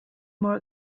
more